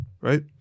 Right